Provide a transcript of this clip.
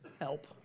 help